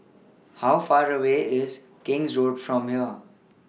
How Far away IS King's Road from here